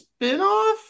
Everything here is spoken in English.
spinoff